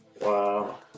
Wow